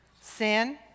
Sin